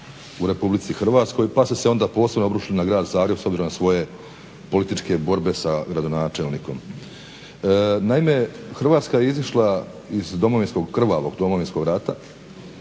Hrvatska je izišla iz Domovinskog, krvavog domovinskog rada